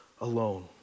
alone